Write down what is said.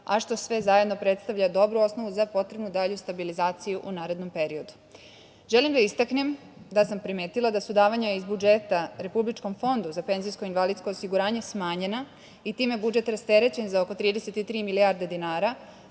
a što sve zajedno predstavlja dobru osnovu za potrebnu dalju stabilizaciju u narednom periodu. Želim da istaknem da sam primetila da su davanja iz budžeta republičkom Fondu za penzijsko-invalidsko osiguranje smanjena i time budžet rasterećen za oko 33 milijarde dinara.